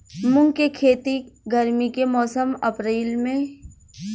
मुंग के खेती गर्मी के मौसम अप्रैल महीना में बढ़ियां होला?